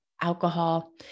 alcohol